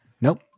Nope